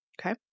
Okay